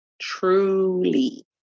Truly